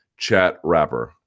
chatrapper